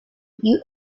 you